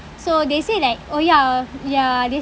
so they say like oh ya ya they